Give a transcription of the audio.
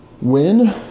win